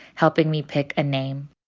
helping me pick a name